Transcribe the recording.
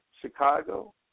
Chicago